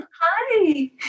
Hi